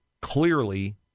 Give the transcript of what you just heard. clearly